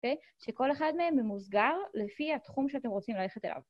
שכל אחד מהם ממוסגר לפי התחום שאתם רוצים ללכת אליו.